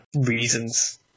reasons